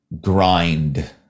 grind